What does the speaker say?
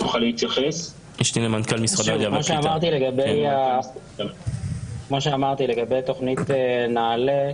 כמו שאמרתי לגבי תוכנית נעל"ה,